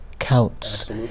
counts